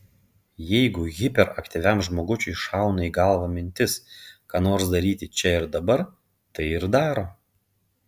jeigu hiperaktyviam žmogučiui šauna į galvą mintis ką nors daryti čia ir dabar tai ir daro